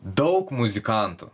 daug muzikantų